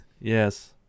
Yes